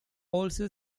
also